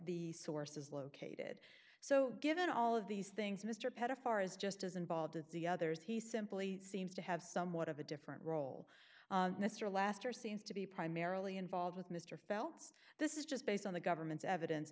the source is located so given all of these things mr pett of far is just as involved as the others he simply seems to have somewhat of a different role mr laster seems to be primarily involved with mr felt's this is just based on the government's evidence